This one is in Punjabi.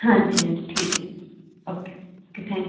ਹਾਂਜੀ ਹਾਂਜੀ ਠੀਕ ਹੈ ਓਕੇ ਓਕੇ ਥੈਂਕ